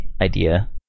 idea